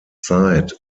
zeit